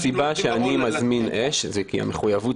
הסיבה שאני מזמין אש היא כי המחויבות